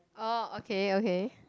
orh okay okay